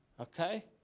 Okay